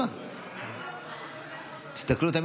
חברי הכנסת,